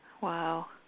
Wow